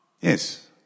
Yes